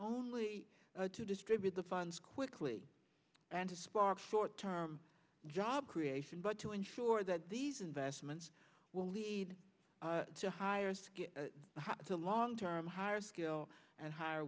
only to distribute the funds quickly and to spark short term job creation but to ensure that these investments will lead to higher to long term higher skill and higher